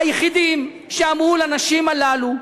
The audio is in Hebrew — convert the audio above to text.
היחידים שאמרו לנשים האלה: